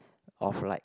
of like